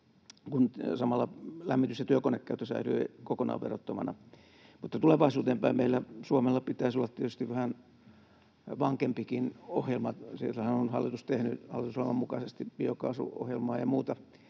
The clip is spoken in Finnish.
kun samalla lämmitys- ja työkonekäyttö säilyy kokonaan verottomana. Mutta tulevaisuuteen päin Suomella pitäisi olla tietysti vähän vankempikin ohjelma. Hallitushan on tehnyt hallitusohjelman mukaisesti biokaasuohjelmaa ja muuta,